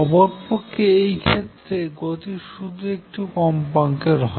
অপরপক্ষে এই ক্ষেত্রে গতি শুধুমাত্র একটি কম্পাঙ্কের হয়